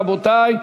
רבותי.